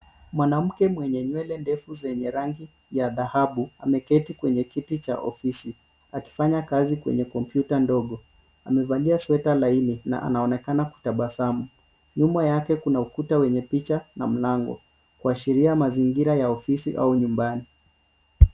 Mwanamke mwenye nywele ndefu zenye rangi ya dhahabu ameketi kwenye kiti cha ofisi akifanya kazi kwenye kompyuta ndogo. Amevalia sweta laini na anaonekana kutabasamu. Nyuma yake kuna ukuta wenye picha na mlango kuashiria mazingira ya ofisi au nyumbani.